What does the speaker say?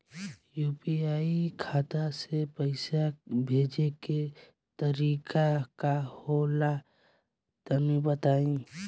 UPI खाता से पइसा भेजे के तरीका का होला तनि बताईं?